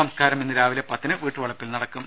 സംസ്കാരം ഇന്ന് രാവിലെ പത്തിന് വീട്ടുവളപ്പിൽ നടക്കും